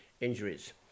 injuries